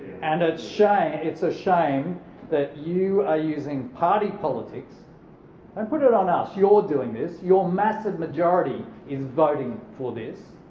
and ah it's a shame that you are using party politics don't put it it on us you're doing this, your massive majority is voting for this.